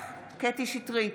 קטי קטרין שטרית,